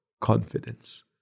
confidence